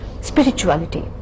spirituality